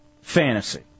fantasy